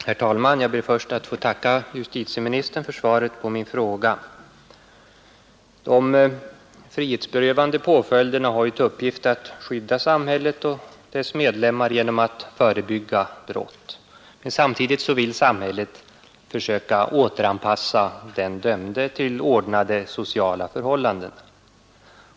Herr talman! Jag ber först att få tacka justitieministern för svaret på min fråga. De frihetsberövande påföljderna har ju till uppgift att skydda samhället och dess medlemmar genom att förebygga brott. Men samtidigt vill samhället försöka återanpassa den dömde till ordnade sociala förhållanden.